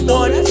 one